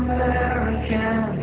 American